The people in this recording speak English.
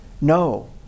No